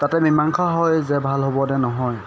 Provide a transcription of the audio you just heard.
তাতে মীমাংসা হয় যে ভাল হ'ব দে নহয়